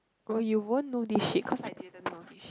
oh you won't know this shit cause I didn't know this shit